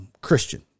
Christian